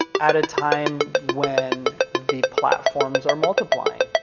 at a time when the platforms are multiplying,